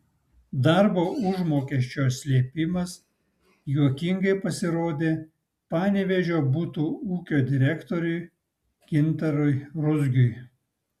darbo užmokesčio slėpimas juokingai pasirodė panevėžio butų ūkio direktoriui gintarui ruzgiui